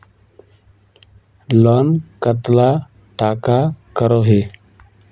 Loan कतला टाका करोही?